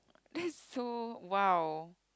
that's so !wow!